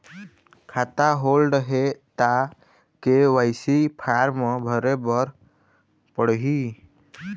खाता होल्ड हे ता के.वाई.सी फार्म भरे भरे बर पड़ही?